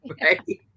right